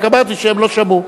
רק אמרתי שהם לא שמעו.